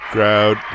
Crowd